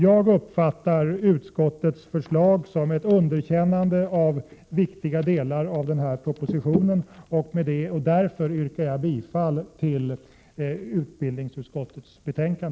Jag uppfattar utskottets förslag som ett underkännande av viktiga delar av propositionen, och därför yrkar jag bifall till utbildningsutskottets hemställan.